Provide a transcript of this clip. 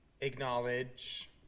acknowledge